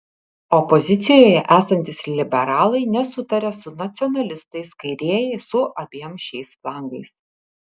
opozicijoje esantys liberalai nesutaria su nacionalistais kairieji su abiem šiais flangais